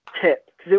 tip